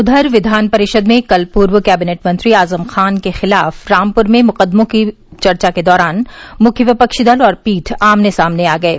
उघर विधान परिषद में कल पूर्व कैबिनेट मंत्री आजम खां के खिलाफ रामपुर में मुकदमों पर चर्चा के दौरान मुख्य विपक्षी दल और पीठ आमने सामने आ गये